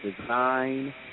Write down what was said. design